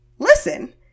listen